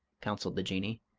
counselled the jinnee,